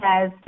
says